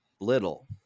little